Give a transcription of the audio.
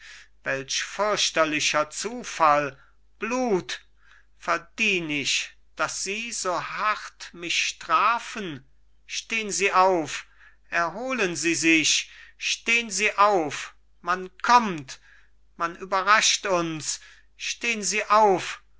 welch fürchterlicher zufall blut verdien ich daß sie so hart mich strafen stehn sie auf erholen sie sich stehn sie auf man kommt man überrascht uns stehn sie auf